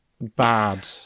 bad